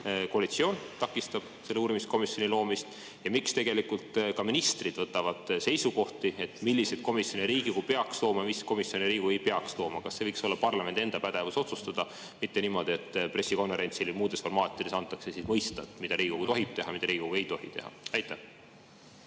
koalitsioon takistab selle uurimiskomisjoni loomist ja miks ministrid võtavad seisukohti, mis komisjone Riigikogu peaks looma, mis komisjone Riigikogu ei peaks looma. Kas see võiks olla parlamendi enda pädevus otsustada, mitte niimoodi, et pressikonverentsil ja muudes formaatides antakse mõista, mida Riigikogu tohib teha, mida Riigikogu ei tohi teha? Andke